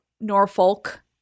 Norfolk